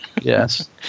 Yes